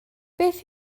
beth